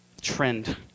trend